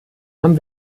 haben